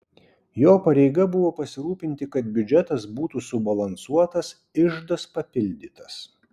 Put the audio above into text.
jo pareiga buvo pasirūpinti kad biudžetas būtų subalansuotas iždas papildytas